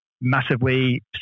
massively